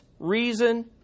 reason